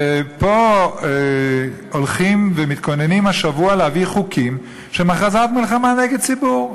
ופה הולכים ומתכוננים השבוע להביא חוקים שהם הכרזת מלחמה נגד ציבור.